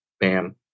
bam